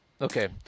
Okay